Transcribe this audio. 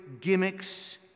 gimmicks